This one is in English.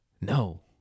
No